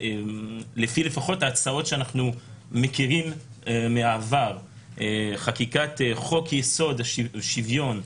לפחות לפי ההצעות שאנחנו מכירים מהעבר חקיקת חוק-יסוד: שוויון,